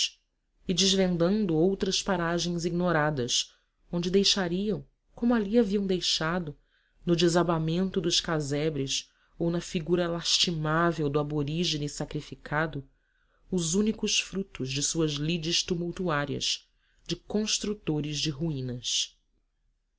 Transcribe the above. e desvendando outras paragens ignoradas onde deixariam como ali haviam deixado no desabamento dos casebres ou na figura lastimável do aborígene sacrificado os únicos frutos de suas lides tumultuárias de construtores de ruínas